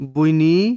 Buini